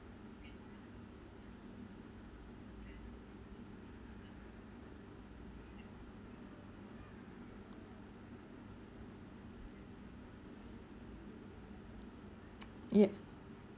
yup